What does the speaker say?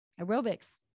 aerobics